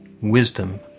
wisdom